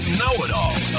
know-it-all